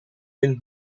wind